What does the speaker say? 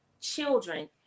children